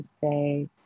say